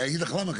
אגיד לך למה.